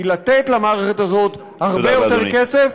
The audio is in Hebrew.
היא לתת למערכת הזאת הרבה יותר כסף,